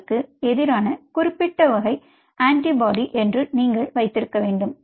ஆருக்கு எதிரான குறிப்பிட்ட வகை ஆன்டிபாடி என்று நீங்கள் வைத்திருக்க வேண்டும்